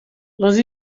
les